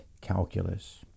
calculus